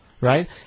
right